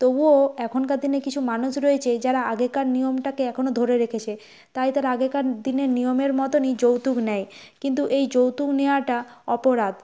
তবুও এখনকার দিনে কিছু মানুষ রয়েছে যারা আগেকার নিয়মটাকে এখনও ধরে রেখেছে তাই তারা আগেকার দিনের নিয়মের মতনই যৌতুক নেয় কিন্তু এই যৌতুক নেওয়াটা অপরাধ